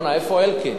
איפה אלקין?